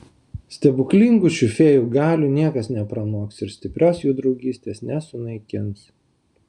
stebuklingų šių fėjų galių niekas nepranoks ir stiprios jų draugystės nesunaikins